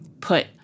put